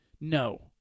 No